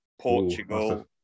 Portugal